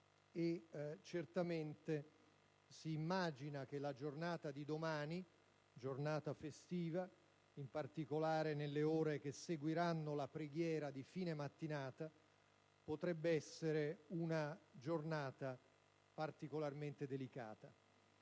Certamente, si immagina che la giornata di domani, giornata festiva, in particolare nelle ore che seguiranno la preghiera di fine mattinata, potrebbe essere una giornata particolarmente delicata.